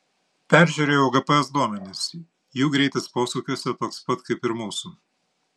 peržiūrėjau gps duomenis jų greitis posūkiuose toks pat kaip ir mūsų